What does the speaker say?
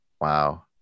Wow